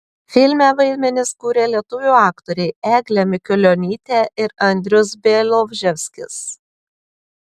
filme vaidmenis kūrė lietuvių aktoriai eglė mikulionytė ir andrius bialobžeskis